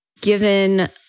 given